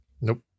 Nope